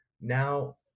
Now